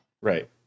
Right